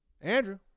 Andrew